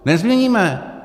Nezměníme.